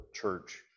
church